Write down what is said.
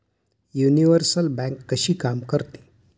Universal bank कशी काम करते?